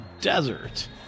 desert